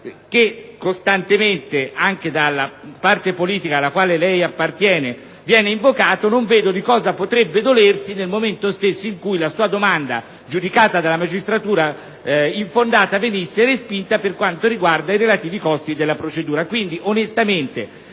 che costantemente, anche dalla sua parte politica, viene invocato, non vedo di cosa potrebbe dolersi nel momento stesso in cui la sua domanda, giudicata dalla magistratura infondata, venisse respinta per i relativi costi della procedura.